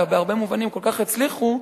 ובהרבה מובנים כל כך הצליחו,